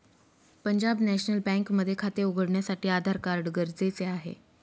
Punjab national bank मध्ये खाते उघडण्यासाठी आधार कार्ड गरजेचे आहे